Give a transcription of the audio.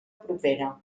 propera